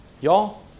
Y'all